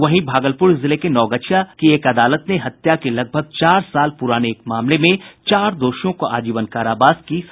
उधर भागलपुर जिले के नवगछिया की एक अदालत ने हत्या के लगभग चार साल पुराने मामले में चार दोषियों को आजीवन कारावास की सजा सुनायी है